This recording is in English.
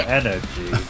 energy